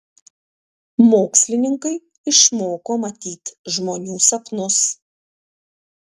mokslininkai išmoko matyt žmonių sapnus